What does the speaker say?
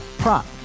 prop